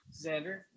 Xander